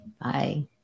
Bye